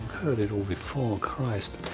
heard it all before, christ.